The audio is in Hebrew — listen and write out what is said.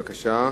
בבקשה.